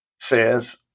says